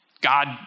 God